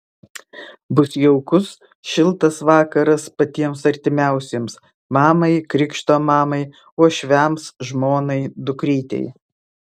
bus jaukus šiltas vakaras patiems artimiausiems mamai krikšto mamai uošviams žmonai dukrytei